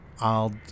I'll-